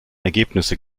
ergebnisse